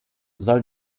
soll